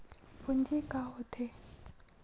पूंजी का होथे?